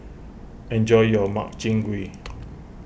enjoy your Makchang Gui